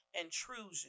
intrusion